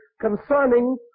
concerning